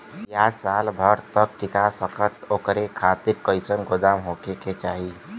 प्याज साल भर तक टीका सके ओकरे खातीर कइसन गोदाम होके के चाही?